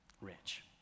rich